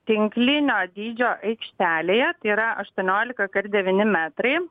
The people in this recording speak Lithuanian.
tinklinio dydžio aikštelėje tai yra aštuoniolika kart devyni metrai